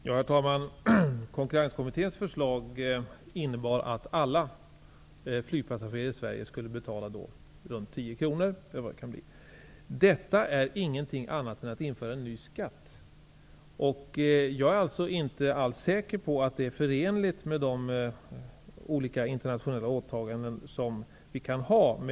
Herr talman! Konkurrenskommitténs förslag innebar att alla flygpassagerare i Sverige skulle betala omkring 10 kr. Detta är ingenting annat än en ny skatt. Jag är inte säker på att en ny flygskatt är förenlig med de olika internationella åtaganden vi kan ha.